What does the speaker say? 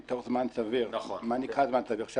מה נקרא זמן סביר?